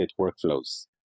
workflows